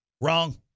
Wrong